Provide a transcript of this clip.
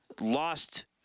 lost